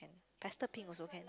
pastel pink also can